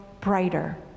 brighter